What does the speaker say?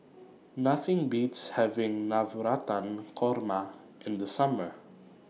Nothing Beats having Navratan Korma in The Summer